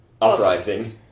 Uprising